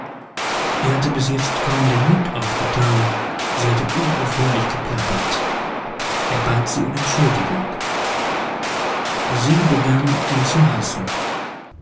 er hatte bis jetzt kaum den mund aufgetan sie hatte unaufhörlich geplappert er bat sie um entschuldigung sie begann ihn zu hassen